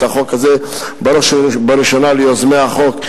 החוק הזה: בראש ובראשונה ליוזמי החוק,